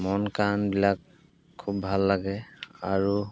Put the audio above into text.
মন কাৰণবিলাক খুব ভাল লাগে আৰু